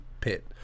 pit